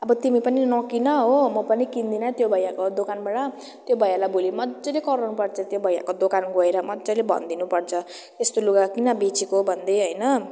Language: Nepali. अब तिमी पनि नकिन हो म पनि किन्दिनँ त्यो भैयाको दोकानबाट त्यो भैयालाई भोलि मजाले कराउनु पर्छ त्यो भैयाको दोकान गएर मजाले भनिदिनु पर्छ यस्तो लुगा किन बेचेको भन्दै होइन